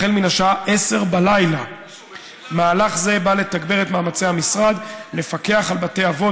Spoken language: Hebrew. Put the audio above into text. מן השעה 22:00. מהלך זה בא לתגבר את מאמצי המשרד לפקח על בתי האבות